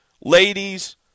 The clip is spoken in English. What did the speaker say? Ladies